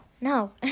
No